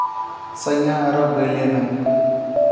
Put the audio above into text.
सैयाँ Arab गइले ना